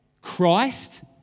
Christ